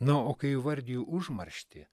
na o kai įvardiju užmarštį